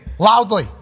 loudly